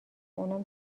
اونم